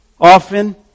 Often